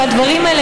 והדברים האלה,